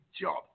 job